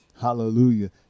Hallelujah